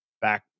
back